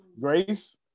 grace